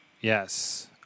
Yes